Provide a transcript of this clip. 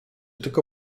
tylko